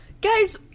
Guys